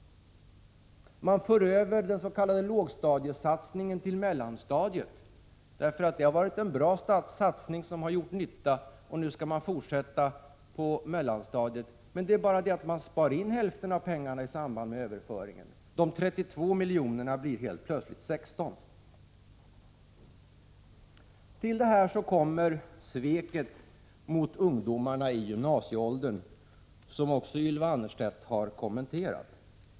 Man för över den s.k. lågstadiesatsningen till mellanstadiet, eftersom det har varit en bra satsning som har gjort nytta. Därför skall man fortsätta på mellanstadiet. Men i samband med överföringen spar man in hälften av pengarna. De 32 miljonerna blir helt plötsligt 16. Till detta kommer sveket mot ungdomarna i gymnasieåldern, vilket Ylva Annerstedt har kommenterat.